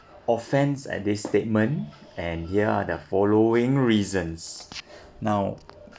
offence at this statement and here are the following reasons now